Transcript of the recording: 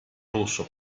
russo